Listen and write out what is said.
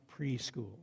preschool